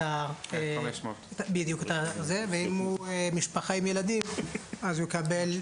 ה-1500 ואם הוא משפחה עם ילדים אז הוא יקבל,